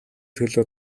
төлөө